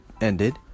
ended